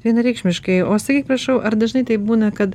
vienareikšmiškai o sakyk prašau ar dažnai taip būna kad